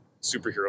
superhero